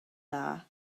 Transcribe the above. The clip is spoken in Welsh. dda